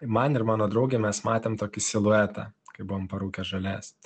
man ir mano draugem mes matėm tokį siluetą kai buvom parūkę žolės